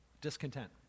discontent